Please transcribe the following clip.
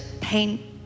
pain